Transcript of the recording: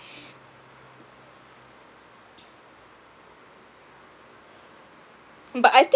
but I think